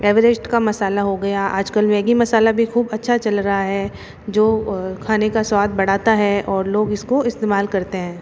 एवेरेष्ट का मसाला हो गया आजकल मैगी मसाला भी खूब अच्छा चल रहा है जो खाने का स्वाद बढ़ाता है और लोग इसको इस्तेमाल करते हैं